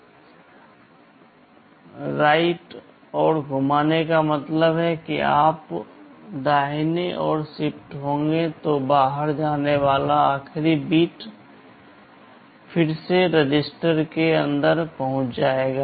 दाहिनी ओर घूमने का मतलब है कि जब आप दाहिनी ओर शिफ्ट होंगे तो बाहर आने वाला आखिरी बिट फिर से रजिस्टर के अंदर पहुंच जाएगा